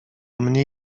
mnie